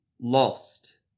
lost